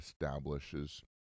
establishes